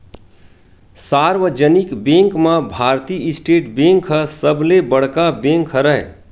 सार्वजनिक बेंक म भारतीय स्टेट बेंक ह सबले बड़का बेंक हरय